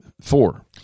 Four